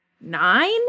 nine